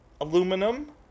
Aluminum